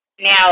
Now